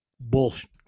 Bullshit